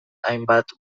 hainbat